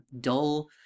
dull